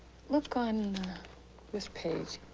look on this page.